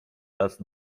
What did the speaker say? raz